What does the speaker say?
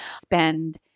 spend